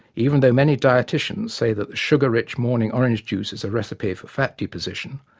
even though many dietitians say that the sugar-rich morning orange-juice is a recipe for fat deposition,